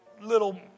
little